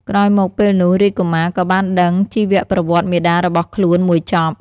ក្រោយមកពេលនោះ រាជកុមារក៏បានដឹងជីវប្រវត្តិមាតារបសើខ្លួនមួយចប់។